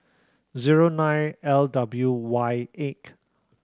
zero nine L W Y eight